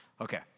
Okay